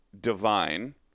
divine